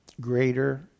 Greater